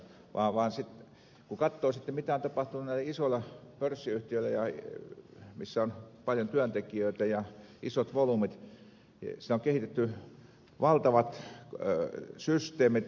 kun katsoo sitten mitä on tapahtunut näille isoille pörssiyhtiöille joissa on paljon työntekijöitä ja isot volyymit sinne on kehitetty valtavat systeemit automatiikka on vienyt työpaikkoja